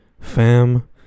fam